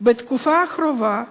בתקופה הקרובה